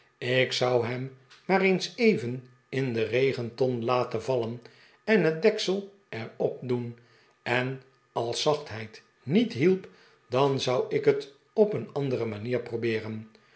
ik zou hem maar eens even in de regenton laten vallen en net deksel er op doen en als zachtheid niet hielp dan zou ik het op een andere manier probeeren